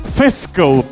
fiscal